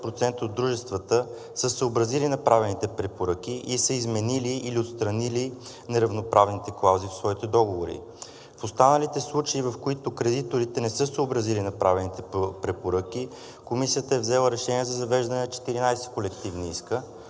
от дружествата са се съобразили с направените препоръки и са изменили или отстранили неравноправните клаузи в своите договори. В останалите случаи, в които кредиторите не са се съобразили с направените препоръки, Комисията е взела решение за завеждане на 14 колективни иска